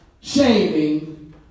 shaming